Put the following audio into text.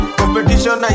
competition